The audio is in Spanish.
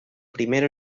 primero